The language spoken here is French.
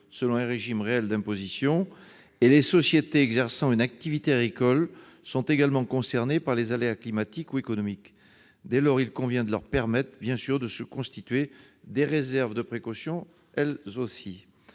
selon un régime réel d'imposition. Les sociétés exerçant une activité agricole sont également concernées par les aléas climatiques ou économiques. Dès lors, il convient de leur permettre de se constituer des réserves de précaution. Le présent